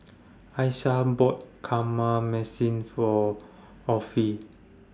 Aisha bought For